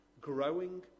growing